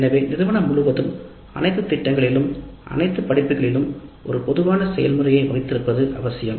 எனவே நிறுவனம் முழுவதும் அனைத்து திட்டங்களிலும் அனைத்து படிப்புகளிலும்ஒரு பொதுவான செயல்முறையை வைத்திருப்பது அவசியம்